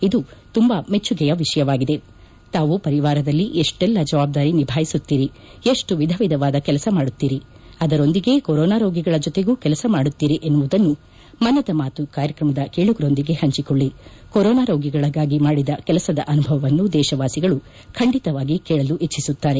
ಇದು ತುಂಬಾ ಮೆಚ್ಚುಗೆಯ ವಿಷಯವಾಗಿದೆ ತಾವು ಪರಿವಾರದಲ್ಲಿ ಎಷ್ಲೆಲ್ಲ ಜವಾಬ್ದಾರಿ ನಿಭಾಯಿಸುತ್ತೀರಿ ಎಷ್ಲು ವಿಧವಿಧವಾದ ಕೆಲಸ ಮಾಡುತ್ತೀರಿ ಅದರೊಂದಿಗೇ ಕೊರೋನಾ ರೋಗಿಗಳ ಜತೆಗೂ ಕೆಲಸ ಮಾಡುತ್ತೀರಿ ಎನ್ನುವುದನ್ನು ಮನದ ಮಾತು ಕಾರ್ಯಕ್ರಮದ ಕೇಳುಗರೊಂದಿಗೆ ಹಂಚಿಕೊಳ್ಳಿ ಕೊರೋನಾ ರೋಗಿಗಳಿಗಾಗಿ ಮಾಡಿದ ಕೆಲಸದ ಅನುಭವವನ್ನು ದೇಶವಾಸಿಗಳು ಖಂಡಿತವಾಗಿ ಕೇಳಲು ಇಭ್ಲಿಸುತ್ತಾರೆ